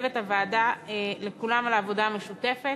לצוות הוועדה, לכולם, על העבודה המשותפת,